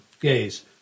gays